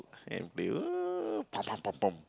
and be pom pom pom pom